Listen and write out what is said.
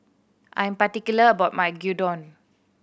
I'm particular about my Gyudon